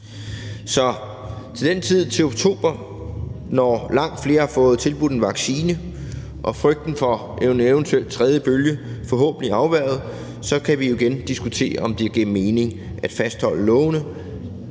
og igen. Så til oktober, når langt flere har fået tilbudt en vaccine, og når frygten for en eventuel tredje bølge forhåbentlig er afværget, kan vi igen diskutere, om det giver mening at fastholde lovene.